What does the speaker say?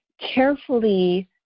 carefully